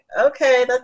okay